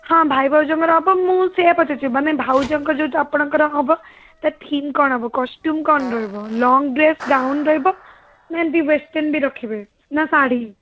ହଁ ଭାଇ ଭାଉଜଙ୍କର ହବ ମୁଁ ସେଇଆ ପଚାରୁଛି ମାନେ ଭାଉଜଙ୍କର ସହିତ ଆପଣଙ୍କର ହବ ତା' ଥୀମ୍ କ'ଣ ହବ କଷ୍ଟ୍ୟୁମ୍ କ'ଣ ରହିବ ଲଙ୍ଗ ଡ୍ରେସ୍ ଗାଉନ୍ ରହିବ ନା ଏମିତି ୱେଷ୍ଟର୍ଣ୍ଣ ରଖିବେ ନା ଶାଢ଼ୀ